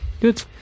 good